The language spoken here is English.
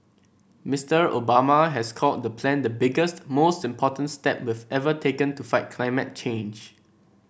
Mister Obama has called the plan the biggest most important step we've ever taken to fight climate change